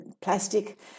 plastic